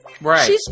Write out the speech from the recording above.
Right